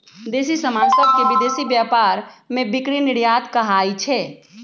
देसी समान सभके विदेशी व्यापार में बिक्री निर्यात कहाइ छै